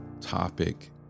topic